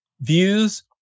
views